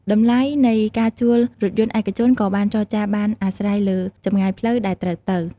តម្លៃនៃការជួលរថយន្តឯកជនក៏អាចចរចាបានអាស្រ័យលើចម្ងាយផ្លូវដែលត្រូវទៅ។